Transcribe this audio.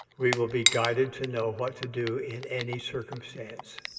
we will be guided to know what to do in any circumstance.